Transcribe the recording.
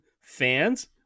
fans